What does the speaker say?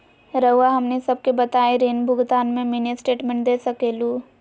रहुआ हमनी सबके बताइं ऋण भुगतान में मिनी स्टेटमेंट दे सकेलू?